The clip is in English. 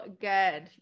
good